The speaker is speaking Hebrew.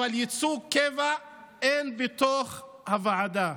אבל ייצוג קבע אין בתוך הוועדה.